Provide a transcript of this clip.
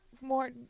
more